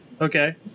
Okay